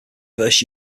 first